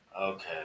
Okay